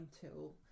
tool